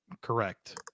Correct